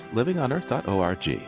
livingonearth.org